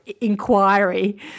inquiry